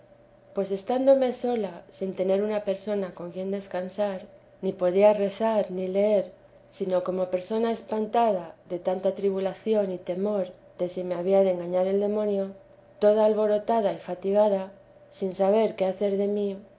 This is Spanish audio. pues estándome sola sin tener una persona con quien descansar ni podía teresa de rezar ni leer sino como persona espantada de tanta tribulación y temor de si me había de engañar el demonio toda alborotada y fatigada sin saber qué hacer de mí